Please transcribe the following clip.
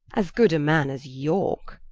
as good a man as yorke